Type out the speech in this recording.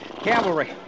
Cavalry